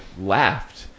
laughed